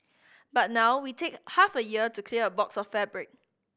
but now we take half a year to clear a box of fabric